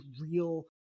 real